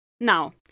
Now